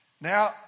Now